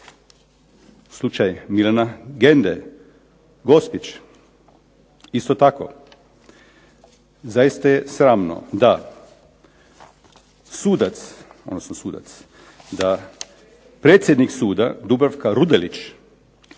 Slučaj Milana Gende, Gospić. Isto tako. Zaista je sramno da sudac, odnosno sudac, da predsjednik suda Dubravka Rudelić